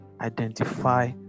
identify